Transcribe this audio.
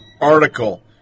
article